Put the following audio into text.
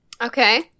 Okay